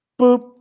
boop